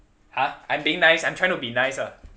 !huh! I'm being nice I'm trying to be nice ah